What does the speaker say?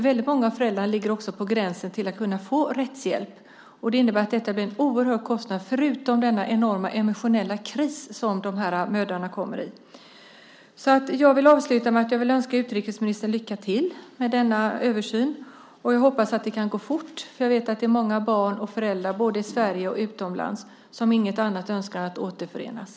Väldigt många föräldrar ligger också på gränsen till att kunna få rättshjälp, och det innebär att detta blir en oerhörd kostnad förutom den enorma emotionella kris som de här mödrarna kommer in i. Jag vill avsluta med att önska utrikesministern lycka till med denna översyn, och jag hoppas att det kan gå fort. Vi vet att det är många barn och föräldrar, både i Sverige och utomlands, som inget annat önskar än att återförenas.